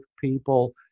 people